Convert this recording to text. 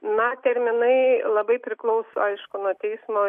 na terminai labai priklauso aišku nuo teismo